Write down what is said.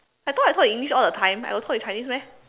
I thought I talk in English all the time I got talk in Chinese meh